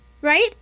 right